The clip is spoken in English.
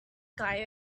guy